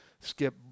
skip